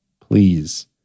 Please